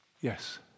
Yes